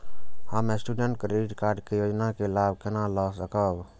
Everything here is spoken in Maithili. हम स्टूडेंट क्रेडिट कार्ड के योजना के लाभ केना लय सकब?